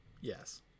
Yes